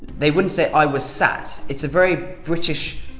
they wouldn't say, i was sat' it's a very british.